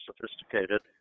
sophisticated